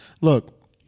look